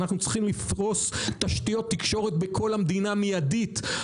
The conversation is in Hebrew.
אנחנו צריכים לפרוס תשתיות תקשורת בכל המדינה מיידית,